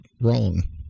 wrong